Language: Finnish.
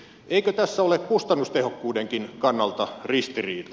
eikö tässä ole kustannustehokkuudenkin kannalta ristiriita